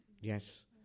Yes